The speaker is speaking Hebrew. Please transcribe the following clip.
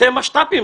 אתם משת"פים.